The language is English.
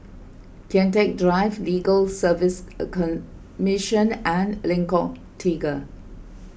Kian Teck Drive Legal Service A Commission and Lengkok Tiga